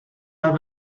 have